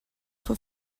for